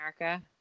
America